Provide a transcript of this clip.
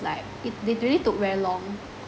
like it literally took very long